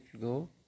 go